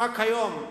רק היום,